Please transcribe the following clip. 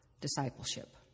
discipleship